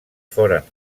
foren